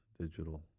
digital